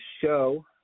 show